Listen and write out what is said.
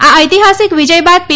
આ ઐતિહાસિક વિજય બાદ પી